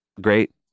great